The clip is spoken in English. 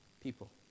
People